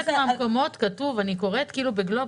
מהמקומות כתוב אני קוראת ב"גלובס",